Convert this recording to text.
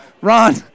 Ron